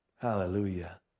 Hallelujah